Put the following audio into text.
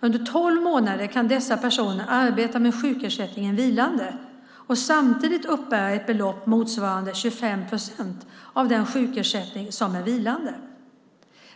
Under tolv månader kan dessa personer arbeta med sjukersättningen vilande och samtidigt uppbära ett belopp motsvarande 25 procent av den sjukersättning som är vilande.